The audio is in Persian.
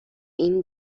این